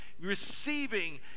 receiving